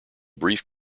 brief